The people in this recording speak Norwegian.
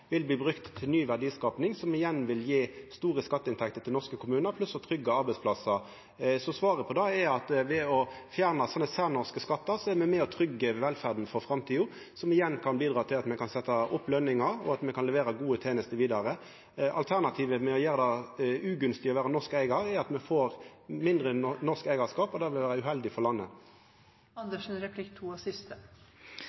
bli brukt til ny verdiskaping som igjen vil gje store skatteinntekter til norske kommunar, pluss til å trygga arbeidsplassar. Svaret på det er at ved å fjerna sånne særnorske skatter, er me med på å trygga velferda for framtida, som igjen kan bidra til at me kan setja opp løningar og levera gode tenester vidare. Alternativet – å gjera det ugunstig å vera norsk eigar – er at me får mindre norsk eigarskap, og det vil vera uheldig for landet.